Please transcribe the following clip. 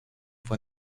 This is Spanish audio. fue